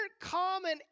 common